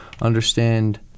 understand